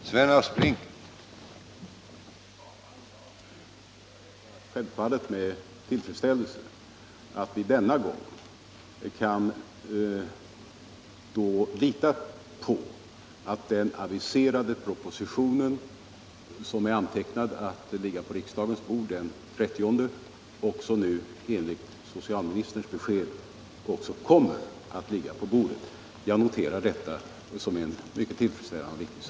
Herr talman! Jag noterar självfallet med tillfredsställelse att vi— denna gång — kan känna oss förvissade om att den proposition som aviserats skall ligga på riksdagens bord den 30 mars, nu enligt socialministerns besked också kommer att föreligga till detta datum.